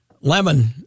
Lemon